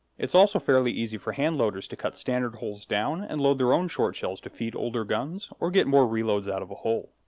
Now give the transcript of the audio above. it's also fairly easy for handloaders to cut standard hulls down and load their own short shells to feed older guns, or get more reloads out of a hull.